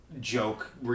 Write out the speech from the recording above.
Joke